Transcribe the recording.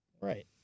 Right